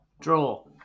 Draw